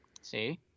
See